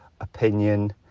opinion